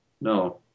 No